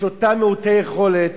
את אותם מעוטי יכולת,